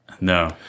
No